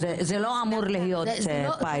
זה לא אמור להיות פיילוט,